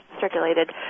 circulated